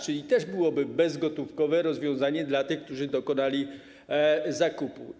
Czyli też byłoby bezgotówkowe rozwiązanie dla tych, którzy dokonali zakupu.